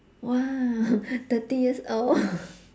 !wow! thirty years old